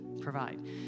provide